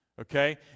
Okay